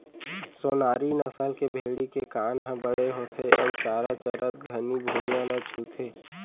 सोनारी नसल के भेड़ी के कान हर बड़े होथे अउ चारा चरत घनी भुइयां ल छूथे